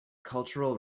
cultural